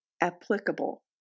applicable